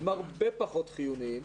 הם הרבה פחות חיוניים,